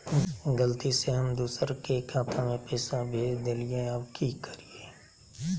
गलती से हम दुसर के खाता में पैसा भेज देलियेई, अब की करियई?